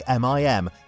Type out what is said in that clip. MIM